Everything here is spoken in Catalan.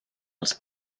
als